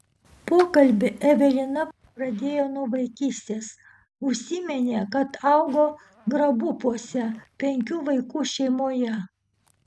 pokalbį evelina pradėjo nuo vaikystės užsiminė kad augo grabupiuose penkių vaikų šeimoje